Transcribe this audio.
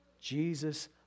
Jesus